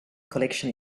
collection